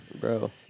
Bro